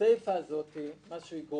הסיפה הזאת תגרום